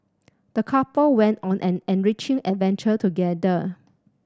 the couple went on an enriching adventure together